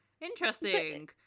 Interesting